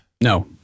No